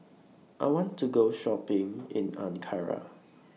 I want to Go Shopping in Ankara